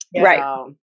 Right